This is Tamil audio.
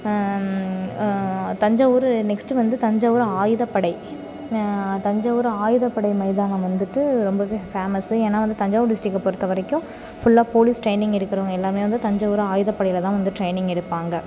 தஞ்சாவூர் நெக்ஸ்ட்டு வந்து தஞ்சாவூர் ஆயுதப்படை தஞ்சாவூர் ஆயுதப்படை மைதானம் வந்துட்டு ரொம்பவே பேமஸ்ஸு ஏன்னா வந்து தஞ்சாவூர் டிஸ்டிக்கை பொறுத்த வரைக்கும் ஃபுல்லா போலீஸ் ட்ரைனிங் இருக்கிறவங்க எல்லாம் வந்து தஞ்சாவூர் ஆயுதப்படையில் தான் வந்து ட்ரைனிங் எடுப்பாங்க